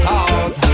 out